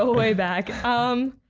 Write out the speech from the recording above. ah way back um